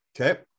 Okay